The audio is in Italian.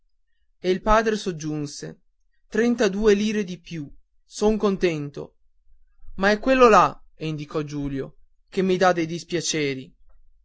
e il padre soggiunse trentadue lire di più son contento ma è quello là e indicò giulio che mi dà dei dispiaceri